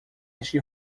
este